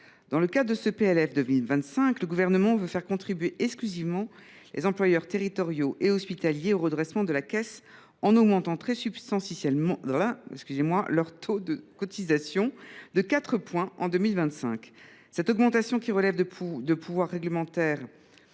Dans le cadre de ce PLFSS pour 2025, le Gouvernement veut faire contribuer exclusivement les employeurs territoriaux et hospitaliers au redressement de la Caisse, en augmentant très substantiellement leur taux de cotisation de 4 points en 2025. Cette augmentation, qui relève du pouvoir réglementaire